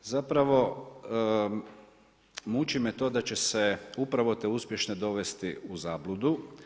Zapravo muči me to da će se upravo te uspješne dovesti u zabludu.